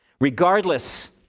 Regardless